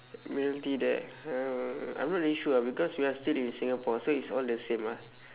admiralty there um I'm not really sure ah because we are still in singapore so it's all the same ah